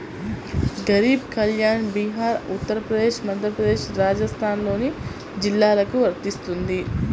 గరీబ్ కళ్యాణ్ బీహార్, ఉత్తరప్రదేశ్, మధ్యప్రదేశ్, రాజస్థాన్లోని జిల్లాలకు వర్తిస్తుంది